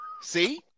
see